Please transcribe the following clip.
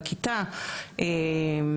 עכשיו התחילה סדרה של כאן 11 על חילוניות.